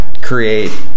create